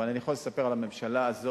אבל אני יכול לספר על הממשלה הזאת,